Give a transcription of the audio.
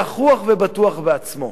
זחוח ובטוח בעצמו.